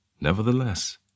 Nevertheless